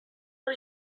are